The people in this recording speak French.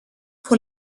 pour